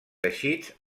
teixits